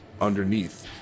underneath